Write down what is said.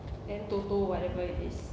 then TOTO whatever it is